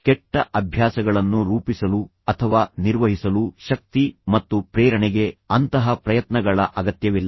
ಕೆಟ್ಟ ಅಭ್ಯಾಸಗಳನ್ನು ರೂಪಿಸಲು ಅಥವಾ ನಿರ್ವಹಿಸಲು ಶಕ್ತಿ ಮತ್ತು ಪ್ರೇರಣೆಗೆ ಅಂತಹ ಪ್ರಯತ್ನಗಳ ಅಗತ್ಯವಿಲ್ಲ